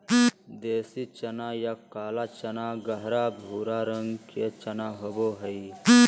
देसी चना या काला चना गहरा भूरा रंग के चना होबो हइ